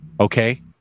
Okay